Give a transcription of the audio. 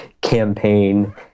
campaign